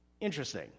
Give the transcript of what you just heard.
Interesting